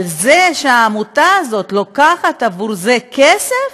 אבל זה שהעמותה הזאת לוקחת עבור זה כסף?